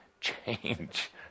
change